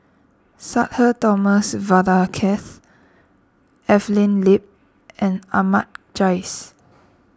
Sudhir Thomas Vadaketh Evelyn Lip and Ahmad Jais